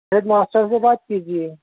head master سے بات کیجیے